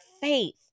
faith